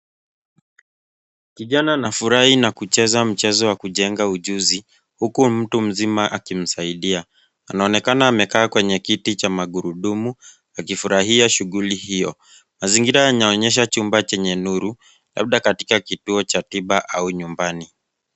Kijana anafurahi na kucheza mchezo wa kujenga ujuzi, huku mtu mzima akimsaidia. Anaonekana amekaa kwenye kiti cha magurudumu akifurahia shughuli hiyo. Mazingira yanaonyesha chumba chenye nuru, labda katika kituo cha tiba au nyumbani.